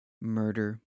murder